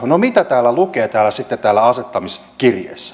no mitä lukee sitten täällä asettamiskirjeessä